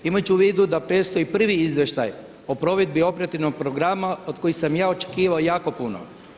Imati ću u vidu da predstoji prvi izvještaj o provedbi operativnog programa, od kojeg sam ja očekivao jako puno.